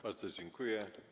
Bardzo dziękuję.